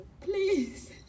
Please